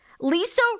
Lisa